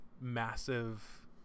massive